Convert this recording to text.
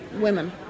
women